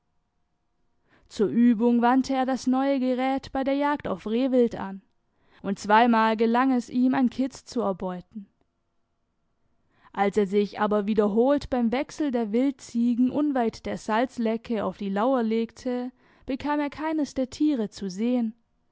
zur übung wandte er das neue gerät bei der jagd auf rehwild an und zweimal gelang es ihm ein kitz zu erbeuten als er sich aber wiederholt beim wechsel der wildziegen unweit der salzlecke auf die lauer legte bekam er keines der tiere zu sehen